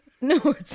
No